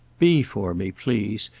be for me, please,